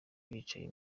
bicaye